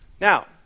Now